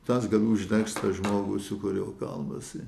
tas gal uždegs žmogų su kuriuo kalbasi